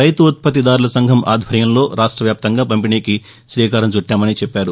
రైతు ఉత్పత్తిదారుల సంఘం ఆధ్వర్యంలో రాష్ట వ్యాప్తంగా పంపిణీకి రీకారం చుట్టామన్నారు